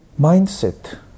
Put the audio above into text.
mindset